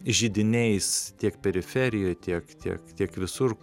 židiniais tiek periferijoj tiek tiek tiek visur